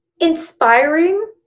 Inspiring